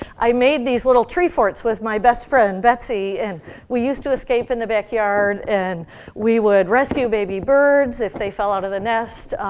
i made these little tree forts with my best friend, betsy. and we used to escape in the backyard, and we would rescue baby birds if they fell out of the nest.